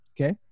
Okay